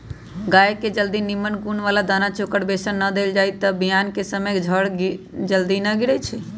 गाय के जदी निम्मन गुण बला दना चोकर बेसन न देल जाइ छइ तऽ बियान कें समय जर जल्दी न गिरइ छइ